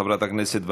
חברת הכנסת נאוה בוקר,